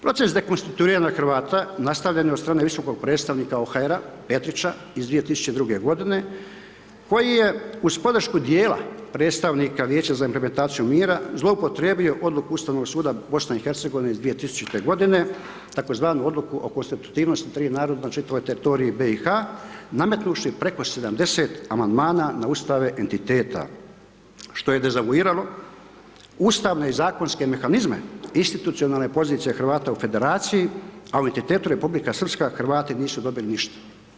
Proces dekontrituiranja Hrvata nastavljen je od strane visokog predstavnika OHR-a Petrića iz 2002. godine, koji je uz podršku dijela predstavnika Vijeća za implementaciju mira zloupotrijebio odluku Ustavnog suda BiH iz 2000. godine tzv. Odluku o konstitutivnosti tri naroda na čitavoj teritoriji BiH, nametnuvši preko 70 amandmana na ustave entiteta što je dezavuiralo ustavne i zakonske mehanizme institucionalne pozicije Hrvata u federaciji, a u entitetu Republika Srpska Hrvati nisu dobili ništa.